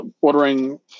ordering